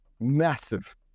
Massive